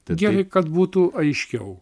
gerai kad būtų aiškiau